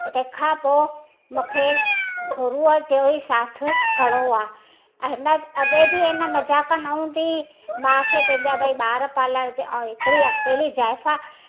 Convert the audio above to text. तंहिंखां पोइ मूंखे गुरू जो ई साथ घणो आहे हिन अॻिए बि आहे न मज़ाक न हूंदी हुई माउ खे पंहिंजा भई ॿार पालण जी ऐं हिकिड़ी अकेली ज़ाइफा